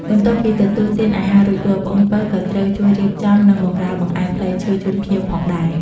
បន្ទាប់ពីទទួលទានអាហាររួចរាល់ ប្អូនពៅក៏ត្រូវជួយរៀបចំ និង បម្រើបង្អែមផ្លែឈើជូនភ្ញៀវផងដែរ។